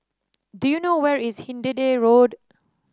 do you know where is Hindhede Road